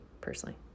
personally